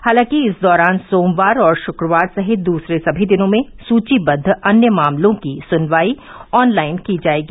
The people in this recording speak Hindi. हालांकि इस दौरान सोमवार और शुक्रवार सहित दूसरे सभी दिनों में सूचीबद्ध अन्य मामलों की सुनवाई ऑनलाइन की जाएगी